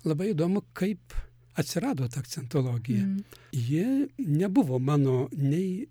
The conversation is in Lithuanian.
labai įdomu kaip atsirado ta akcentologija ji nebuvo mano nei